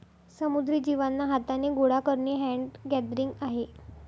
समुद्री जीवांना हाथाने गोडा करणे हैंड गैदरिंग आहे